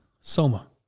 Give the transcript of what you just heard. soma